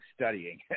studying